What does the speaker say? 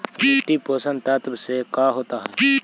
मिट्टी पोषक तत्त्व से का होता है?